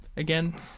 again